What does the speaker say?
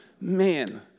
man